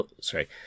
sorry